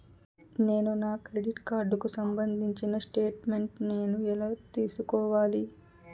నేను నా క్రెడిట్ కార్డుకు సంబంధించిన స్టేట్ స్టేట్మెంట్ నేను ఎలా తీసుకోవాలి?